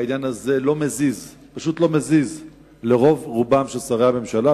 העניין הזה לא מזיז לרוב רובם של שרי הממשלה,